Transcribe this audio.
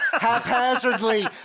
haphazardly